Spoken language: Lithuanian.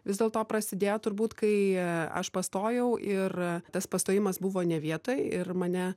vis dėlto prasidėjo turbūt kai aš pastojau ir tas pastojimas buvo ne vietoj ir mane